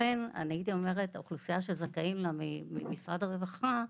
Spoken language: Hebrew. לכן הייתי אומרת: האוכלוסייה שזכאים לה ממשרד הרווחה,